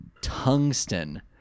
tungsten